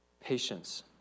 patience